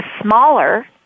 smaller